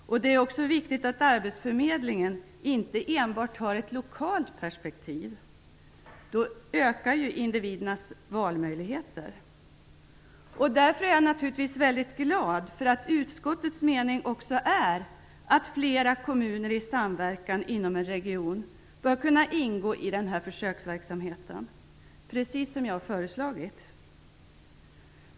Det är också viktigt att arbetsförmedlingen inte enbart har ett lokalt perspektiv - då ökar ju individernas valmöjligheter. Därför är jag naturligtvis väldigt glad över att utskottets mening är att flera kommuner i samverkan inom en region bör kunna ingå i försöksverksamheten, precis som jag har föreslagit.